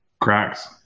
Cracks